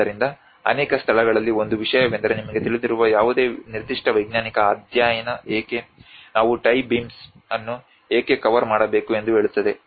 ಆದ್ದರಿಂದ ಅನೇಕ ಸ್ಥಳಗಳಲ್ಲಿ ಒಂದು ವಿಷಯವೆಂದರೆ ನಿಮಗೆ ತಿಳಿದಿರುವ ಯಾವುದೇ ನಿರ್ದಿಷ್ಟ ವೈಜ್ಞಾನಿಕ ಅಧ್ಯಯನ ಏಕೆ ನಾವು ಟೈ ಬೀಮ್ಸ್ ಅನ್ನು ಏಕೆ ಕವರ್ ಮಾಡಬೇಕು ಎಂದು ಹೇಳುತ್ತದೆ